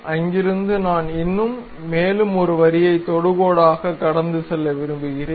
அங்கிருந்து நான் இன்னும் மேலும் ஒரு வரியை தொடுகோடாக கடந்து செல்ல விரும்புகிறேன்